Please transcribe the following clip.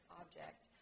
object